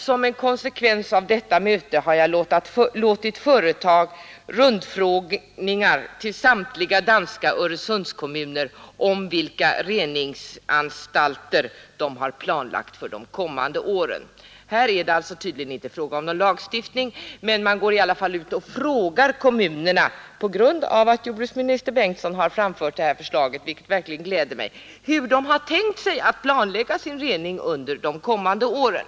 Som en konsekvens av detta möte har jag, sade han, låtit företa rundfrågningar i samtliga danska Öresundskommuner om vilka reningsåtgärder dessa planlagt för de kommande åren. Här är det tydligen inte fråga om någon lagstiftning, men man går i alla fall tack vare att jordbruksminister Bengtsson framfört detta förslag — vilket gläder mig — ut och frågar kommunerna om hur de tänkt sig planlägga sin rening under de kommande åren.